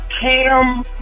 Cam